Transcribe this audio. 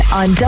on